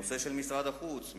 בנושא משרד החוץ,